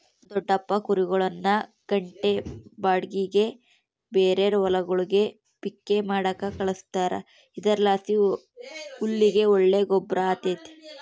ನಮ್ ದೊಡಪ್ಪ ಕುರಿಗುಳ್ನ ಗಂಟೆ ಬಾಡಿಗ್ಗೆ ಬೇರೇರ್ ಹೊಲಗುಳ್ಗೆ ಪಿಕ್ಕೆ ಮಾಡಾಕ ಕಳಿಸ್ತಾರ ಇದರ್ಲಾಸಿ ಹುಲ್ಲಿಗೆ ಒಳ್ಳೆ ಗೊಬ್ರ ಆತತೆ